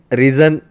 reason